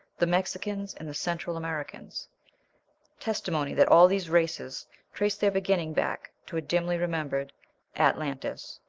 the mexicans, and the central americans testimony that all these races traced their beginning back to a dimly remembered ad-lantis.